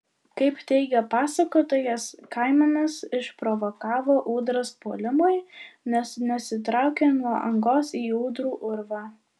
kaip teigia pasakotojas kaimanas išprovokavo ūdras puolimui nes nesitraukė nuo angos į ūdrų urvą